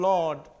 Lord